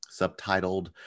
subtitled